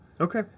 Okay